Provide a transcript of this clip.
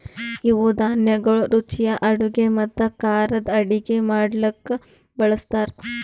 ಇವು ಧಾನ್ಯಗೊಳ್ ರುಚಿಯ ಅಡುಗೆ ಮತ್ತ ಖಾರದ್ ಅಡುಗೆ ಮಾಡ್ಲುಕ್ ಬಳ್ಸತಾರ್